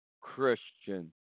Christian